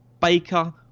Baker